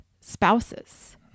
spouses